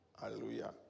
Hallelujah